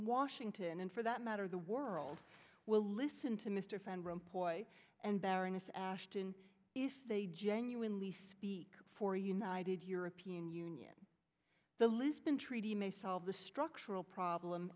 washington and for that matter the world will listen to mr fender employ and baroness ashton if they genuinely speak for a united european union the lisbon treaty may solve the structural problem